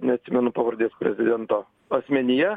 neatsimenu pavardės prezidento asmenyje